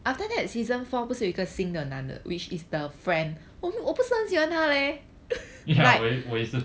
ya 我我也是